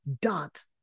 dot